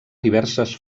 diverses